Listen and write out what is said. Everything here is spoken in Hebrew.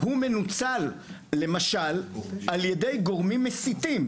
הוא מנוצל למשל על ידי גורמים מסיתים,